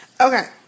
Okay